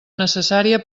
necessària